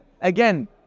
Again